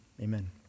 Amen